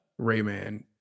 Rayman